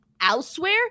elsewhere